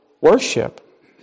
worship